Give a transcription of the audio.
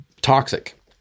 toxic